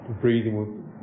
breathing